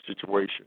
situation